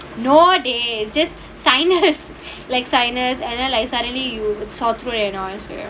no dey just sinus like sinus suddenly you sore throat and all